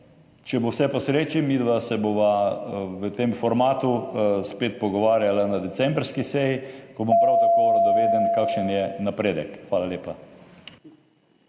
Če bo vse po sreči, se bova midva v tem formatu spet pogovarjala na decembrski seji, ko bom prav tako radoveden, kakšen je napredek. Hvala lepa.